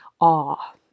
awe